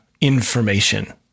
information